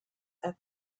app